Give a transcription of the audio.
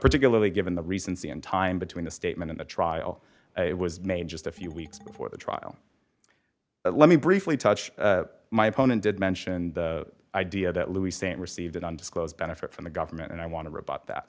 particularly given the reasons and time between the statement in the trial it was made just a few weeks before the trial let me briefly touch my opponent did mention the idea that louis st received an undisclosed benefit from the government and i want to rebut that